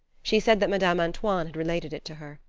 she said that madame antoine had related it to her.